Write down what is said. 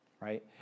right